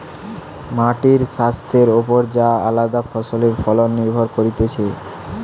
মাটির স্বাস্থ্যের ওপর যে আলদা ফসলের ফলন নির্ভর করতিছে